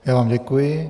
Já vám děkuji.